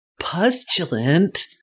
Pustulant